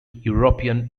european